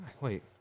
Wait